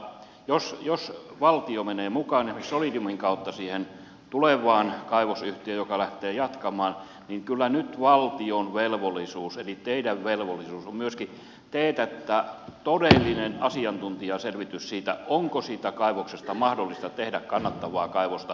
mutta jos valtio menee mukaan esimerkiksi solidiumin kautta siihen tulevaan kaivosyhtiöön joka lähtee jatkamaan niin kyllä nyt valtion velvollisuus eli teidän velvollisuutenne on myöskin teetättää todellinen asiantuntijaselvitys siitä onko siitä kaivoksesta mahdollista tehdä kannattavaa kaivosta ja millä toimenpiteillä